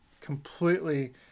completely